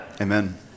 Amen